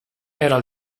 era